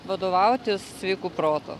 vadovautis sveiku protu